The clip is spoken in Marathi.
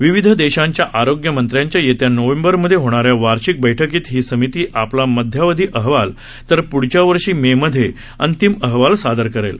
विविध देशांच्या आरोग्य मंत्र्यांच्या येत्या नोव्हेंबरमध्ये होणाऱ्या वार्षिक बैठकीत ही समिती आपला मध्यावधि अहवाल तर प्ढच्या वर्षी मे मध्ये अंतिम अहवाल सादर करेल